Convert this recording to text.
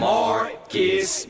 Marcus